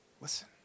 Listen